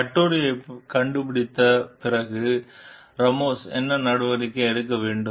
கட்டுரையை கண்டுபிடித்த பிறகு ராமோஸ் என்ன நடவடிக்கை எடுக்க வேண்டும்